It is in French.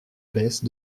baisse